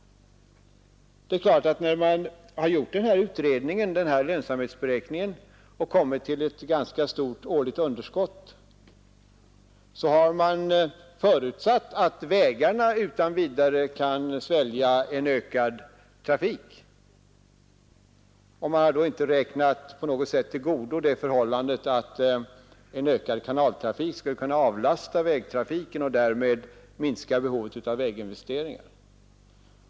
När man har gjort lönsamhetsberäkningen och kommit fram till att det skulle bli ett ganska stort årligt underskott har man t.ex. förutsatt att vägarna utan vidare kan svälja en ökad trafik. Man har inte på något sätt räknat in att en ökad kanaltrafik skulle kunna avlasta vägtrafiken och därmed minska behovet av väginvesteringar.